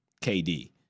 KD